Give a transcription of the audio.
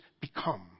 become